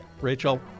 Rachel